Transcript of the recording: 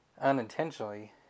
unintentionally